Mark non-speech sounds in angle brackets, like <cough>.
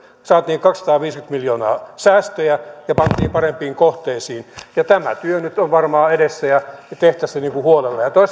saatiin kaksisataaviisikymmentä miljoonaa säästöjä ja pantiin parempiin kohteisiin tämä työ nyt on varmaan edessä tehtäisiin se huolella ja tuo <unintelligible>